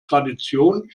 tradition